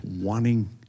wanting